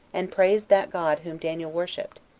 and praised that god whom daniel worshipped,